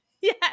Yes